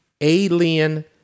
alien